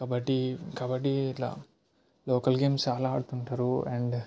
కబడ్డీ కబడ్డీ ఇట్లా local games చాలా ఆడుతుంటారు అండ్